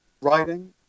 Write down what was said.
writing